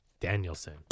Danielson